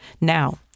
Now